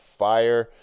fire